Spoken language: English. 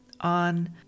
on